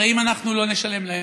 הרי אם אנחנו לא נשלם להם,